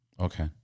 Okay